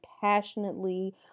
passionately